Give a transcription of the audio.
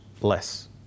less